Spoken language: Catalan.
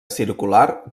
circular